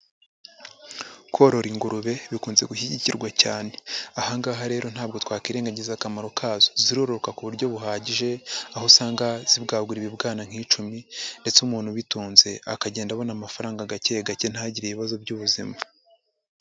Korora ingurube bikunze gushyigikirwa cyane. Aha ngaha rero ntabwo twakwirengagiza akamaro kazo. Ziroroka ku buryo buhagije, aho usanga zibwagura ibibwana nk'icumi ndetse umuntu ubitunze akagenda abona amafaranga gake gake, ntagire ibibazo by'ubuzima.